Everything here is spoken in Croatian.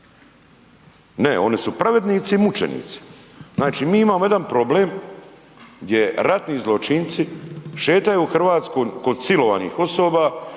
Ne, oni su pravednici i mučenici. Znači mi imamo jedan problem gdje ratni zločinci šetaju Hrvatskom kod silovanih osoba,